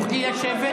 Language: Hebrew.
תוכלי לשבת,